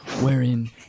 wherein